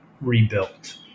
rebuilt